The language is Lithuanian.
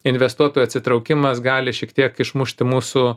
investuotojų atsitraukimas gali šiek tiek išmušti mūsų